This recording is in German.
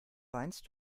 weinst